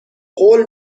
قول